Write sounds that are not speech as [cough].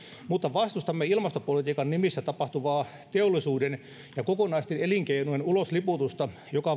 mutta vastustamme ilmastopolitiikan nimissä tapahtuvaa teollisuuden ja kokonaisten elinkeinojen ulosliputusta joka [unintelligible]